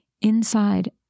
inside